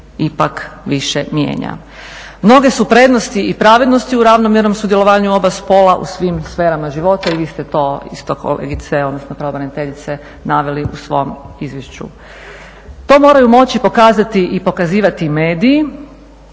ipak više mijenja. Mnoge su prednosti i pravednosti u ravnomjernom sudjelovanju oba spola u svim sferama života, i vi ste to pravobraniteljice naveli u svom izvješću. To moraju moći pokazati i pokazivati mediji,